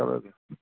چلو بیٚہہ